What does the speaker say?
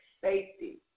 safety